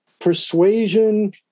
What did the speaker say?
persuasion